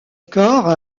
corps